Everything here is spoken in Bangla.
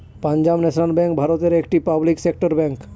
পাঞ্জাব ন্যাশনাল ব্যাঙ্ক ভারতের একটি পাবলিক সেক্টর ব্যাঙ্ক